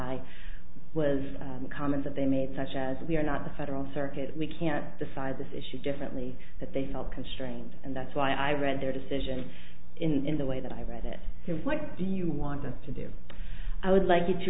i was a comment that they made such as we are not the federal circuit we can't decide this issue differently that they felt constrained and that's why i read their decision in the way that i read it here what do you want them to do i would like